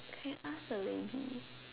I ask already